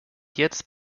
jetzt